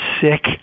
sick